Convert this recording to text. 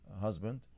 husband